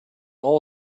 all